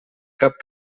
cap